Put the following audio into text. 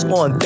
on